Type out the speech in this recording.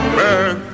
man